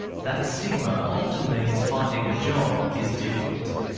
that stigma often means finding a job is difficult.